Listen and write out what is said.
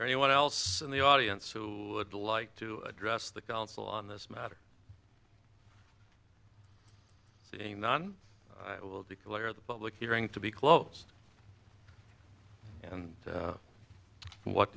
or anyone else in the audience who would like to address the council on this matter so any non will declare the public hearing to be closed and what